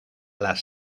las